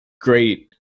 great